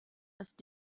ist